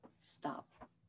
Stop